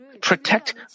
protect